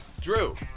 Drew